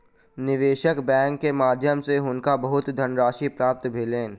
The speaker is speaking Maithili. निवेशक बैंक के माध्यम सॅ हुनका बहुत धनराशि प्राप्त भेलैन